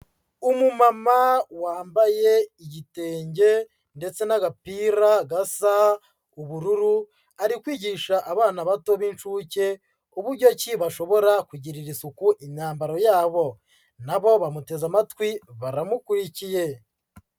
Umumama wambaye igitenge ndetse n'agapira gasa ubururu, ari kwigisha abana bato b'inshuke uburyo ki bashobora kugirira isuku imyambaro yabo. Nabo bamuteze amatwi baramukurikiye.